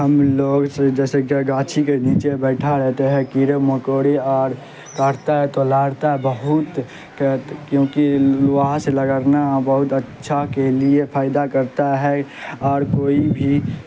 ہم لوگ جیسے گاچھی کے نیچے بیٹھا رہتے ہیں کیڑے مکوڑے اور کاٹتا ہے تو رگڑتا بہت کیونکہ وہاں سے رگڑنا بہت اچھا کے لیے فائدہ کرتا ہے اور کوئی بھی